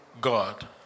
God